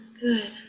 Good